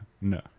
No